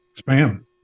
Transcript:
Spam